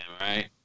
right